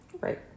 Right